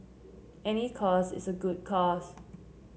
any cause is a good cause